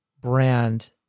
brand